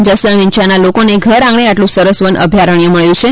જસદણ વિછીંયાના લોકોને ઘરઆંગણે આટલુ સરસ વન અભ્યારણ્ય મળ્યું છે